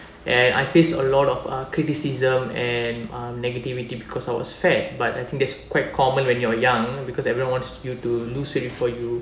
and I faced a lot of uh criticism and uh negativity because I was fat but I think it's quite common when you're young because everyone wants you to lose weight before you